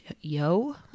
Yo